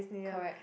correct